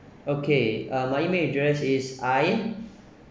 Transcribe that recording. okay uh my email address is I